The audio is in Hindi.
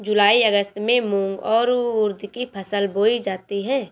जूलाई अगस्त में मूंग और उर्द की फसल बोई जाती है